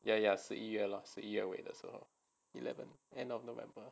ya ya 十一月尾的时候 end of november